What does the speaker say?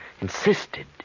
insisted